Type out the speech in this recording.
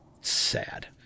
Sad